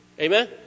Amen